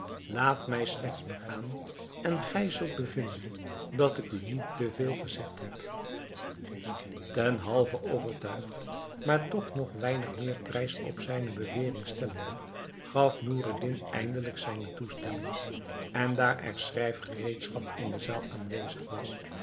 laat mij slechts begaan en gij zult bevinden dat ik u niet te veel gezegd heb ten halve overtuigd maar toch nog weinig meer prijs op zijne bewering stellende gaf noureddin eindelijk zijne toestemming en daar er schrijfgereedschap in de zaal aanwezig was